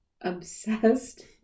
obsessed